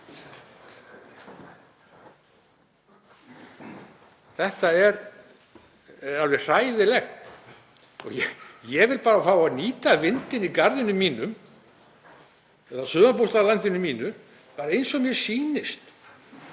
Þetta er alveg hræðilegt. Ég vil bara fá að nýta vindinn í garðinum mínum eða á sumarbústaðalandinu mínu eins og mér sýnist